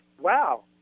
wow